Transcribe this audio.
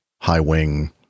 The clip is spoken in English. high-wing